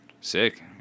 sick